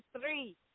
three